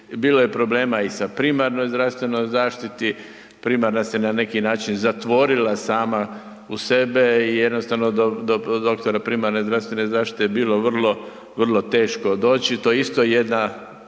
bilo je problema i sa primarnoj zdravstvenoj zaštiti, primarna se na neki način zatvorila sama u sebe i jednostavno do doktora primarne zdravstvene zaštite je bilo vrlo, vrlo teško doći, to je isto jedna